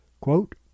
Quote